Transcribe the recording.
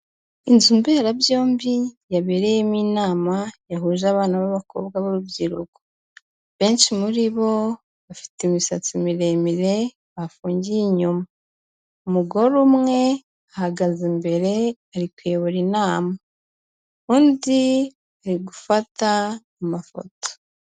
Inzu mberabyombi yabereyemo inama yahuje abana b'abakobwa b'urubyiruko, benshi muri bo bafite imisatsi miremire bafungiye inyuma, umugore umwe ahagaze imbere, ari kuyobora inama, undi ari gufata amafoto.